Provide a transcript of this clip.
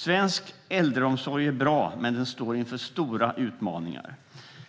Svensk äldreomsorg är bra, men den står inför stora utmaningar.